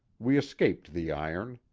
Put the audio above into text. we escaped the iron.